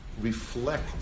reflect